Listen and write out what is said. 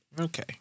Okay